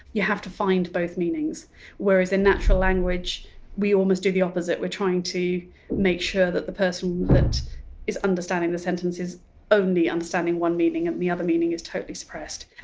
you have to find both meanings whereas in natural language we almost do the opposite. we're trying to make sure that the person that is understanding the sentence is only understanding one meaning, and the other meaning is totally suppressed.